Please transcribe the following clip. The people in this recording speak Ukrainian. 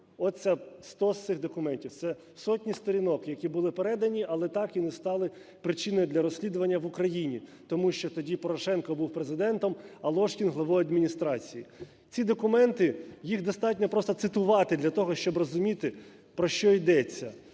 Оце 100 цих документів, це сотні сторінок, які були передані, але так і не стали причиною для розслідування в Україні, тому що тоді Порошенко був Президентом, а Ложкін – главою адміністрації. Ці документи, їх достатньо просто цитувати для того, щоб розуміти про що йдеться,